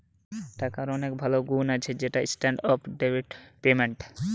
টাকার অনেক ভালো গুন্ আছে যেমন স্ট্যান্ডার্ড অফ ডেফার্ড পেমেন্ট